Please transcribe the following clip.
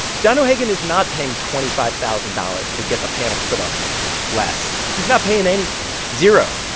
john o'hagan is not paying twenty five thousand dollars to get the panels put up on his roof less he's not paying anything zero.